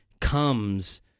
comes